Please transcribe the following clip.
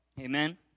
Amen